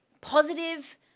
positive